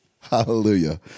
Hallelujah